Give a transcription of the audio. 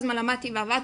כל הזמן למדתי ועבדתי.